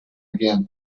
again